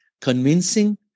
convincing